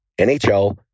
NHL